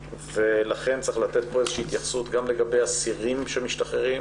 ולכן צריך לתת כאן איזושהי התייחסות גם לגבי אסירים שמשתחררים,